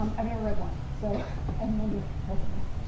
um i've never read one, so i've none to recommend.